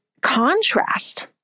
contrast